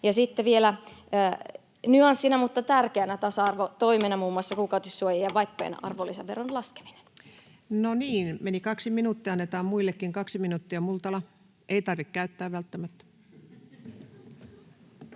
ja sitten vielä nyanssina mutta tärkeänä tasa-arvotoimena muun muassa kuukautissuojien ja vaippojen arvonlisäveron laskeminen. No niin, meni kaksi minuuttia, annetaan muillekin kaksi minuuttia. Ei tarvitse käyttää välttämättä.